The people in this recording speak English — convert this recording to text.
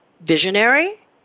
visionary